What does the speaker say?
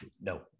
No